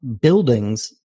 buildings